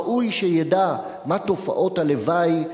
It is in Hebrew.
ראוי שידע מה תופעות הלוואי,